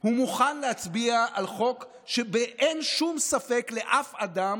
הוא מוכן להצביע על חוק שאין שום ספק לאף אחד,